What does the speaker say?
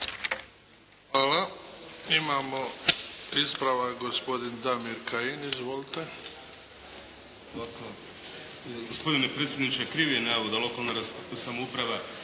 Hvala. Imamo ispravak gospodin Damir Kajin, izvolite.